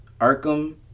arkham